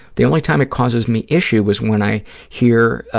the only time it causes me issue is when i hear,